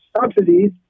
subsidies